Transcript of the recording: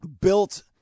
built